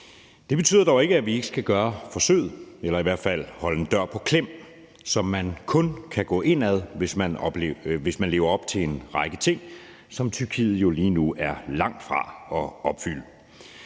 Det betyder dog ikke, at vi ikke skal gøre forsøget eller i hvert fald holde en dør på klem, som man kun kan gå ind ad, hvis man lever op til en række ting, som Tyrkiet jo lige nu er langt fra at opfylde.